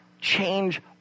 change